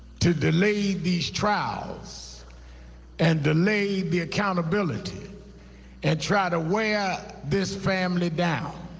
to delay these trials and delay the accountability and try to wear this family down.